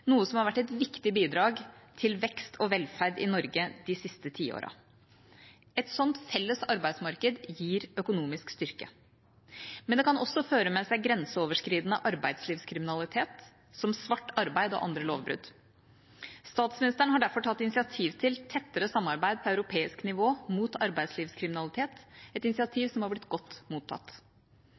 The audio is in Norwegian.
noe som har vært et viktig bidrag til vekst og velferd i Norge de siste tiårene. Et slikt felles arbeidsmarked gir økonomisk styrke, men det kan også føre med seg grenseoverskridende arbeidslivskriminalitet, som svart arbeid og andre lovbrudd. Statsministeren har derfor tatt initiativ til tettere samarbeid på europeisk nivå mot arbeidslivskriminalitet – et initiativ som har blitt godt mottatt.